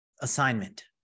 assignment